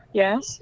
yes